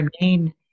remain